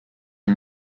are